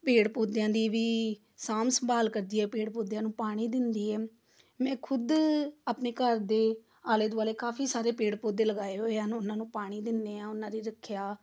ਪੇੜ ਪੌਂਦਿਆਂ ਦੀ ਵੀ ਸਾਂਭ ਸੰਭਾਲ ਕਰਦੀ ਹੈ ਪੇੜ ਪੌਂਦਿਆਂ ਨੂੰ ਪਾਣੀ ਦਿੰਦੀ ਹੈ ਮੈਂ ਖੁਦ ਆਪਣੇ ਘਰ ਦੇ ਆਲੇ ਦੁਆਲੇ ਕਾਫੀ ਸਾਰੇ ਪੇੜ ਪੌਦੇ ਲਗਾਏ ਹੋਏ ਹਨ ਉਹਨਾਂ ਨੂੰ ਪਾਣੀ ਦਿੰਦੇ ਹਾਂ ਉਹਨਾਂ ਦੀ ਰੱਖਿਆ